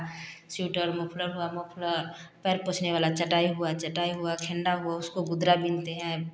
sweater muffler हुआ muffler पैर पोंछने वाला चटाई हुआ चटाई हुआ खेंडा हुआ उसको गुदरा बिनते हैं